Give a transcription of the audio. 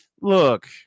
Look